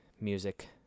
music